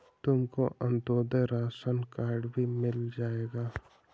तुमको Antyodaya ration card भी मिल जाएगा